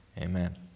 Amen